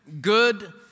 good